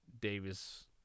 Davis